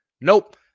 Nope